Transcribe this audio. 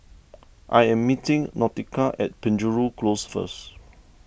I am meeting Nautica at Penjuru Close first